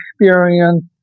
experience